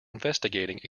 investigating